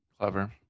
clever